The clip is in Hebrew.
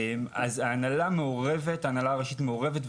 אז ההנהלה הראשית מעורבת,